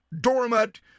dormant